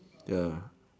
ya